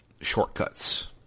shortcuts –